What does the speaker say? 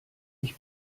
ich